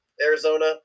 Arizona